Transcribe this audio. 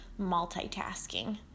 multitasking